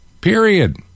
Period